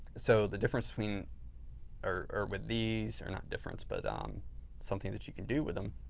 so, the difference between or with these, or not difference, but um something that you can do with them,